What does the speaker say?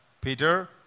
Peter